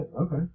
Okay